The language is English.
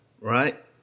right